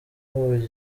ihuye